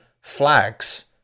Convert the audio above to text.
flags